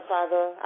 Father